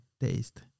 taste